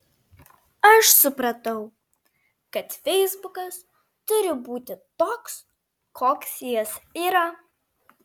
aš supratau kad feisbukas turi būti toks koks jis yra